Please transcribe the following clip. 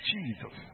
Jesus